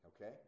Okay